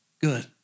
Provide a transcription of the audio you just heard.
good